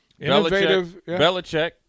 Belichick